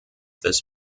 this